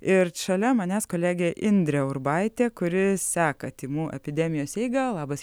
ir šalia manęs kolegė indrė urbaitė kuri seka tymų epidemijos eigą labas